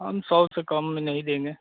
हम सौ से कम में नहीं देंगे